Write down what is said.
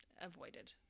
avoided